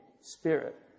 spirit